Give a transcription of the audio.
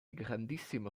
grandissimo